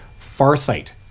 Farsight